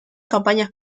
campañas